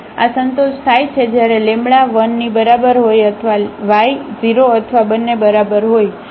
તેથી આ સંતોષ થાય છે જ્યારે 1 ની બરાબર હોય અથવા આ y 0 અથવા બંને બરાબર હોય